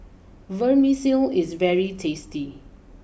Vermicelli is very tasty